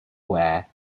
wear